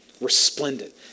Resplendent